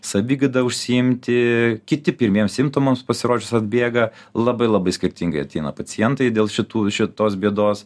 savigyda užsiimti kiti pirmiems simptomams pasirodžius atbėga labai labai skirtingai ateina pacientai dėl šitų šitos bėdos